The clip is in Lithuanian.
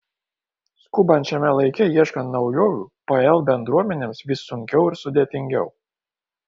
skubančiame laike ieškant naujovių pl bendruomenėms vis sunkiau ir sudėtingiau